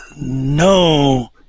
no